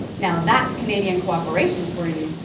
now, that's canadian co-operation for you.